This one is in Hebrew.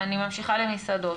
ממשיכה למסעדות,